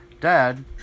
Dad